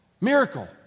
Miracle